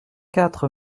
quatre